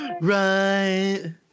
right